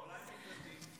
אולי למקלטים?